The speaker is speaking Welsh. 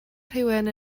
rhywun